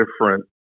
different